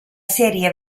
serie